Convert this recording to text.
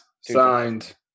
signed